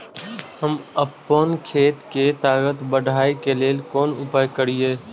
हम आपन खेत के ताकत बढ़ाय के लेल कोन उपाय करिए?